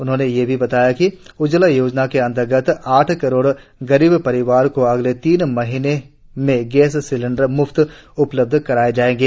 उन्होंने ये भी बताया कि उज्जवला योजना के अन्तर्गत आठ करोड़ गरीब परिवारों को अगले तीन महीनों में गैस सिलेंडर म्फ्त उपलब्ध कराये जायेंगे